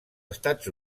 estats